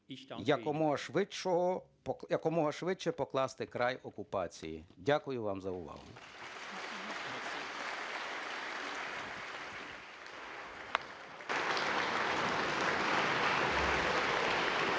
якомога швидше покласти край окупації. Дякую вам за увагу.